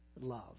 love